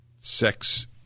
sex